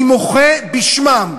אני מוחה בשמם.